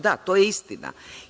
Da, to je istina.